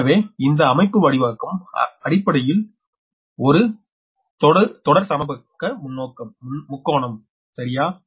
எனவே இந்த அமைப்புவடிவாக்கம் அடிப்படையில் ஓரும் தொடர் சமபக்க முக்கோணம்சரியா